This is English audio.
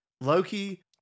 loki